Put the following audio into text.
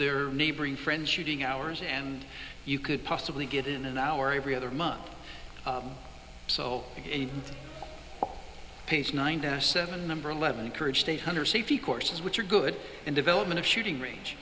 their neighboring friends shooting hours and you could possibly get in an hour every other month so you page ninety seven number eleven encouraged eight hundred safety courses which are good in development of a shooting range